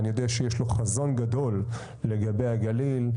אני יודע שיש לו חזון גדול לגבי הגליל,